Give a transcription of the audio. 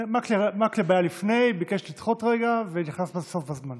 מקלב היה לפני, ביקש לדחות רגע ונכנס בסוף בזמן.